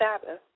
Sabbath